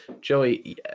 Joey